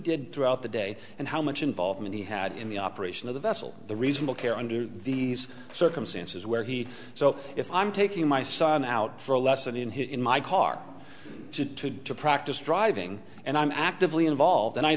did throughout the day and how much involvement he had in the operation of the vessel the reasonable care under these circumstances where he so if i'm taking my son out for a lesson in here in my car to practice driving and i'm actively involved and i